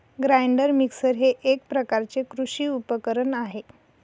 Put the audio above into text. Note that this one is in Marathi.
ग्राइंडर मिक्सर हे एक प्रकारचे कृषी उपकरण आहे